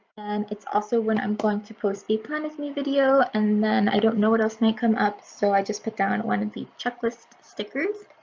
and it's also when i'm going to post a plan with me video and then i don't know what else may come up so i just put down one of these checklist stickers.